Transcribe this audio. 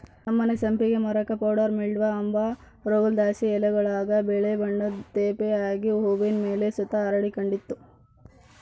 ನಮ್ಮನೆ ಸಂಪಿಗೆ ಮರುಕ್ಕ ಪೌಡರಿ ಮಿಲ್ಡ್ವ ಅಂಬ ರೋಗುದ್ಲಾಸಿ ಎಲೆಗುಳಾಗ ಬಿಳೇ ಬಣ್ಣುದ್ ತೇಪೆ ಆಗಿ ಹೂವಿನ್ ಮೇಲೆ ಸುತ ಹರಡಿಕಂಡಿತ್ತು